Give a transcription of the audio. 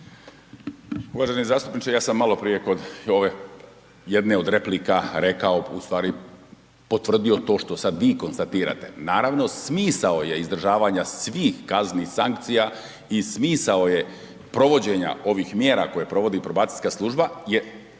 Uvaženi zastupniče ja sam malo prije kod ove jedne od replika ustvari potvrdio to što sad vi konstatirate. Naravno smisao je izdržavanja svih kaznenih sankcija i smisao je provođenja ovih mjera koje provodi probacijska služba je